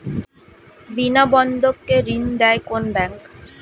বিনা বন্ধক কে ঋণ দেয় কোন ব্যাংক?